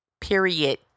Period